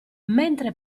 mentre